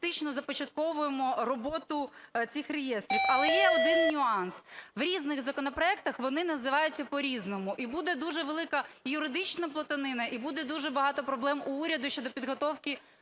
фактично започатковуємо роботу цих реєстрів, але є один нюанс: в різних законопроектах вони називаються по-різному. І буде дуже велика і юридична плутанина, і буде дуже багато проблем у уряду щодо підготовки